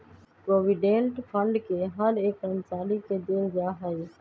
provident fund के हर एक कर्मचारी के देल जा हई